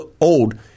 old